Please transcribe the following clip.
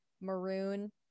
maroon